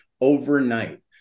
overnight